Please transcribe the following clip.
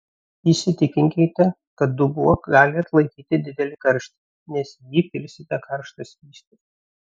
įsitikinkite kad dubuo gali atlaikyti didelį karštį nes į jį pilsite karštą skystį